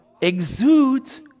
exudes